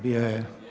Bio je.